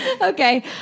Okay